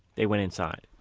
they went inside.